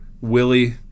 Willie